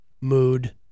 mood